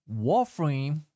Warframe